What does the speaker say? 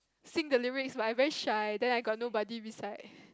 sing the lyrics but I very shy then I got nobody beside